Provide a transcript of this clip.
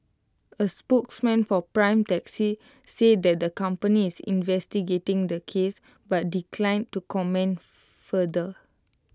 A spokesman for prime taxi said that the company is investigating the case but declined to comment further